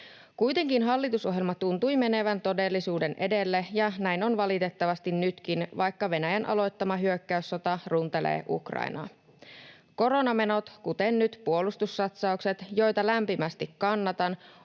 Kuitenkin hallitusohjelma tuntui menevän todellisuuden edelle, ja näin on valitettavasti nytkin, vaikka Venäjän aloittama hyökkäyssota runtelee Ukrainaa. Koronamenot, kuten nyt puolustussatsaukset, joita lämpimästi kannatan,